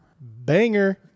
banger